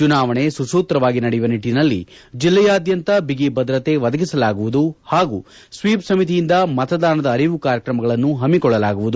ಚುನಾವಣೆ ಸುಸೂತ್ರವಾಗಿ ನಡೆಯುವ ನಿಟ್ಟನಲ್ಲಿ ಜಿಲ್ಲೆಯಾದ್ದಂತ ಬಿಗಿಭದ್ರತೆ ಒದಗಿಸಲಾಗುವುದು ಹಾಗೂ ಸ್ವೀಪ್ ಸಮಿತಿಯಿಂದ ಮತದಾನದ ಅರಿವು ಕಾರ್ಯಕ್ರಮಗಳನ್ನು ಹಮ್ಮಿಕೊಳ್ಳಲಾಗುವುದು